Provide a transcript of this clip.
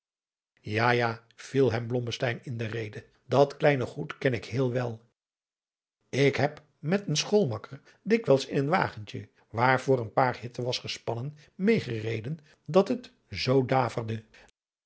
ja ja viel hem blommesteyn in de rede dat kleine goed ken ik heel wel ik heb met een schoolmakker dikwijls in een wagentje waar voor een paar hitten was gespannen meê gereden dat het zoo daadriaan